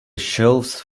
shelves